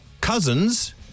Cousins